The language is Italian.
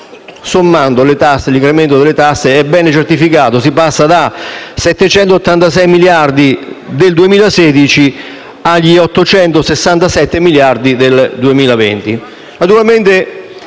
sommando l'incremento delle tasse che è ben certificato: si passa dai 786 miliardi del 2016 agli 867 miliardi del 2020.